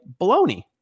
baloney